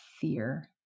fear